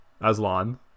Aslan